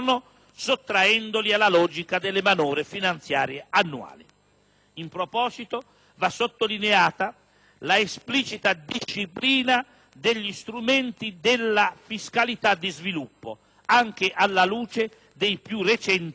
sottraendoli alla logica delle manovre finanziarie annuali. In proposito, va sottolineata la esplicita disciplina degli strumenti della fiscalità di sviluppo, anche alla luce dei più recenti